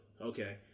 okay